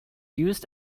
used